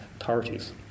authorities